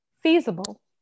feasible